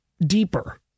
deeper